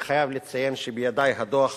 אני חייב לציין שבידי הדוח